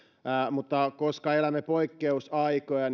mutta elämme poikkeusaikoja